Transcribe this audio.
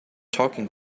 talking